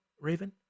Raven